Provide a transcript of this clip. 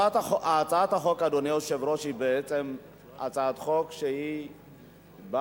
הצעת החוק, אדוני היושב-ראש, היא הצעת חוק שבאה